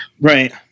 Right